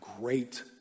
great